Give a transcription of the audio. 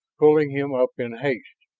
pulled him up in haste.